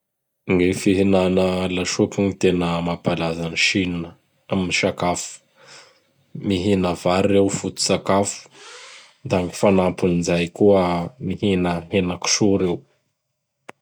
Gny fihinana lasopy tena mampalaza an Sinina am sakafo. Mihina vary reo foto-tsakafo; da gny fanampin zay koa mihina henakiso reo.